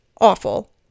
awful